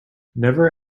never